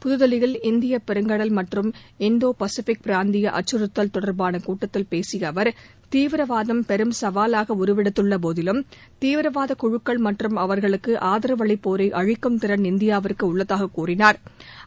புதுதில்லியில் இந்திய பெருங்கடல் மற்றும் இந்தோ பசிபிக் பிராந்திய அச்சுறுத்தல் தொடர்பான கூட்டத்தில் பேசிய அவா் தீவிரவாதம் பெரும் சவாவாக உருவெடுத்துள்ள போதிலும் தீவிரவாத குழுக்கள் மற்றும் அவா்களுக்கு ஆதரவு அளிப்போரை அழிக்கும் திறன் இந்தியாவிற்கு உள்ளதாக கூறினாா்